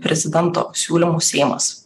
prezidento siūlymu seimas